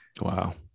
Wow